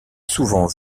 souvent